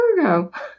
Virgo